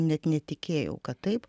net netikėjau kad taip